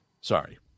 Sorry